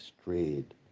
strayed